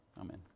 Amen